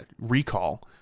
recall